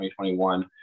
2021